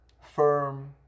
firm